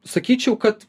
sakyčiau kad